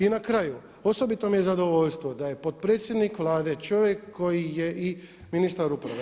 I na kraju osobito mi je zadovoljstvo da je potpredsjednik Vlade čovjek koji je i ministar uprave.